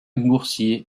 boursier